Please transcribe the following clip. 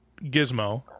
gizmo